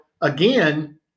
again